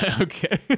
Okay